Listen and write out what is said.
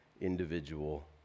individual